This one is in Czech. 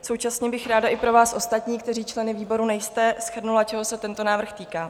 Současně bych ráda i pro vás ostatní, kteří členy výboru nejste, shrnula, čeho se tento návrh týká.